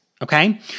Okay